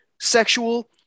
sexual